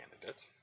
candidates